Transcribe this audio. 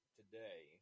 today